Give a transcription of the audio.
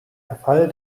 verfall